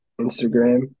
Instagram